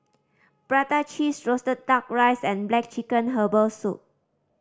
prata cheese roasted Duck Rice and black chicken herbal soup